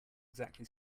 exactly